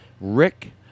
Rick